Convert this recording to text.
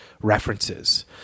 references